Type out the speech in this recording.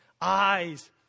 eyes